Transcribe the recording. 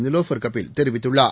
நிலோஃபர் கபில் தெரிவித்துள்ளார்